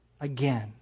again